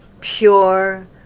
pure